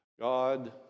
God